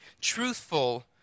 truthful